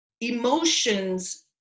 emotions